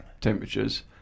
temperatures